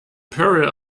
peril